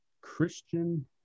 Christian